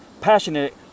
passionate